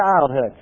childhood